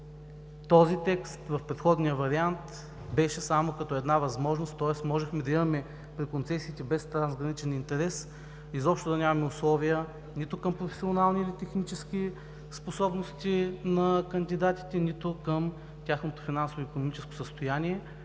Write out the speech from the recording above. Този текст в предходния вариант беше като една възможност, тоест при концесиите без трансграничен интерес изобщо да нямаме условия нито към професионални или технически способности на кандидатите, нито към тяхното финансово-икономическо състояние.